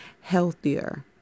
healthier